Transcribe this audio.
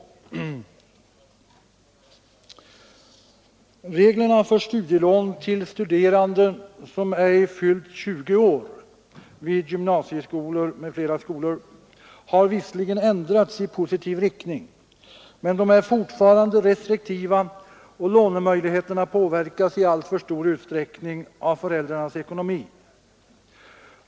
Reglerna för studielån till studerande som ej fyllt 20 år vid gymnasieskolor och andra skolor har visserligen ändrats i positiv riktning men de är fortfarande restriktiva, och lånemöjligheterna påverkas i alltför stor utsträckning av föräldrarnas ekonomi.